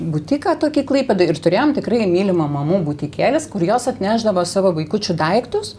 būtiką tokį klaipėdoj ir turėjom tikrai mylimą mamų būtikėlis kur jos atnešdavo savo vaikučių daiktus